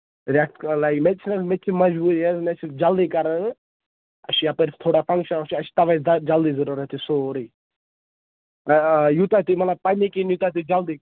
ریٚتھ کھنٛڈ لَگہِ مےٚ تہِ مےٚ چھِناہ مجبوٗری حظ مےٚ چھُ جلدی کران اَسہِ چھِ یَپٲرۍ تھوڑا فَنکشن وَکشَن اَسہِ چھُ تَوَے جَلدی ضروٗرت یہِ سورُے آ آ یوٗتاہ تُہۍ مطلب پَنٕنی کِنۍ یوٗتاہ تُہۍ جلدی